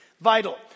vital